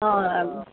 ओ अहं